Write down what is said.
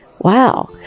Wow